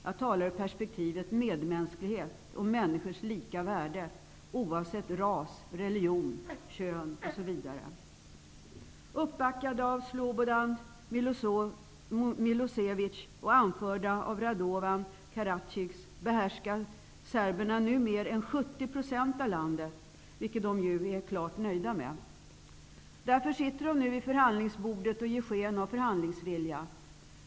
Jag talar i perspektivet av medmänsklighet och människors lika värde oavsett ras, religion, kön osv. Radovan Karadzics behärskar serberna nu mer än 70 % av landet, vilket de är klart nöjda med. Därför sitter de nu vid förhandlingsbordet och ger sken av förhandlingsvilja.